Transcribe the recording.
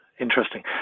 Interesting